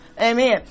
Amen